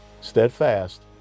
steadfast